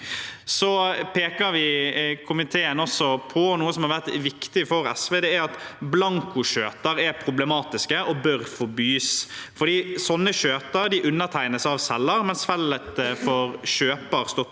komiteen også på noe som har vært viktig for SV. Det er at blankoskjøter er problematiske og bør forbys, fordi sånne skjøter undertegnes av selger, mens feltet for kjøper står tomt.